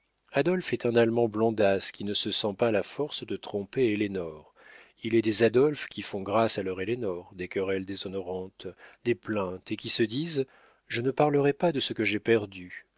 adolphe est un allemand blondasse qui ne se sent pas la force de tromper ellénore il est des adolphe qui font grâce à leur ellénore des querelles déshonorantes des plaintes et qui se disent je ne parlerai pas de ce que j'ai perdu